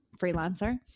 freelancer